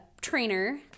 trainer